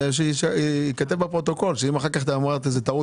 זה שייכתב בפרוטוקול, שאם אחר כך את אומרת טעות